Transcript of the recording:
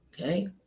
okay